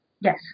Yes